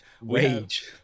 wage